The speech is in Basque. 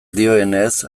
dioenez